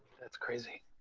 that's crazy.